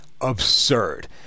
absurd